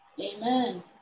Amen